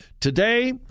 Today